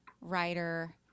writer